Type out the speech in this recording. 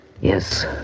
Yes